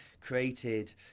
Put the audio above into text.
created